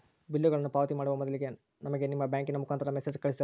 ಬಿಲ್ಲುಗಳನ್ನ ಪಾವತಿ ಮಾಡುವ ಮೊದಲಿಗೆ ನಮಗೆ ನಿಮ್ಮ ಬ್ಯಾಂಕಿನ ಮುಖಾಂತರ ಮೆಸೇಜ್ ಕಳಿಸ್ತಿರಾ?